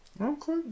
Okay